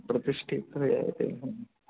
प्रतिष्ठितही आहे ते